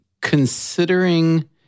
Considering